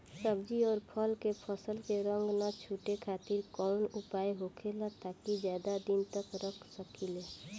सब्जी और फल के फसल के रंग न छुटे खातिर काउन उपाय होखेला ताकि ज्यादा दिन तक रख सकिले?